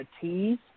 tease